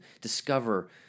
discover